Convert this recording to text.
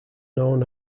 known